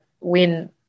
win